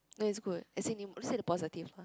no it's good as in you say the positive mah